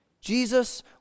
Jesus